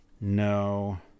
No